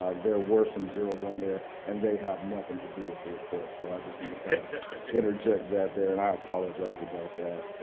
ah there were some zeros on there, and they have nothing to do with the report. so i just want to interject that there. and i apologize about that.